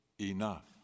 enough